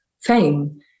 fame